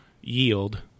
yield